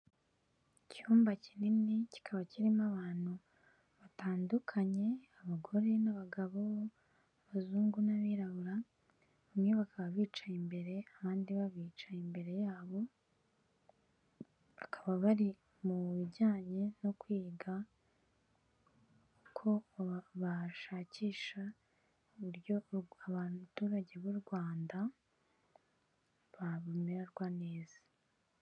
Icyumba kinini, kikaba kirimo abantu batandukanye, abagore n'abagabo, abazungu n'abirabura, bamwe bakaba bicaye imbere abandi babicaye imbere yabo, bakaba bari mu bijyanye no kwiga ko bashakisha uburyo abaturage b'u Rwanda bamererwa neza.